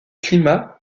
climat